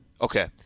Okay